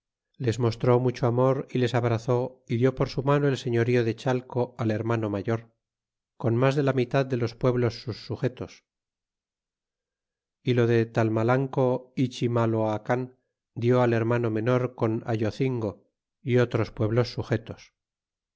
les mostró mucho amor y les abrazó y dió por su mano el señorío de chalco al hermano mayor con mas de la mitad de los pueblos sus sujetos y lo de talmalanco y chimaloacan di al hermano menor con ayocingo y otros pueblos sujetos